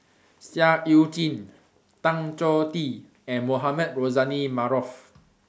Seah EU Chin Tan Choh Tee and Mohamed Rozani Maarof